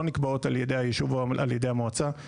נקבעות על ידי היישוב או על ידי המועצה.